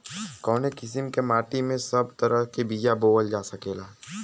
कवने किसीम के माटी में सब तरह के बिया बोवल जा सकेला?